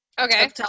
Okay